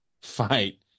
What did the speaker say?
fight